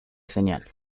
señal